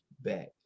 back